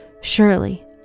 surely